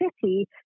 city